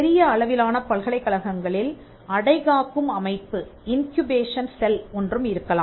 பெரிய அளவிலான பல்கலைக்கழகங்களில் அடைகாக்கும் அமைப்பு ஒன்றும் இருக்கலாம்